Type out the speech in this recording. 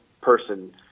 person